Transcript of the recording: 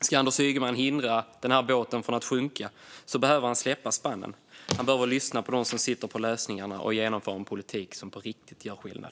Ska Anders Ygeman hindra den här båten från att sjunka behöver han släppa spannen. Han behöver lyssna på dem som sitter på lösningarna och som genomför en politik som på riktigt gör skillnad.